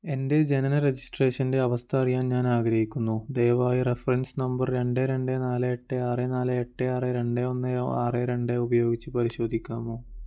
എൻ്റെ ജനന രജിസ്ട്രേഷൻ്റെ അവസ്ഥ അറിയാൻ ഞാൻ ആഗ്രഹിക്കുന്നു ദയവായി റഫറൻസ് നമ്പർ രണ്ട് രണ്ട് നാല് എട്ട് ആറ് നാല് എട്ട് ആറ് രണ്ട് ഒന്ന് ആറ് രണ്ട് ഉപയോഗിച്ച് പരിശോധിക്കാമോ